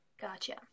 Gotcha